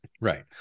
right